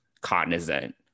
cognizant